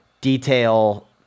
detail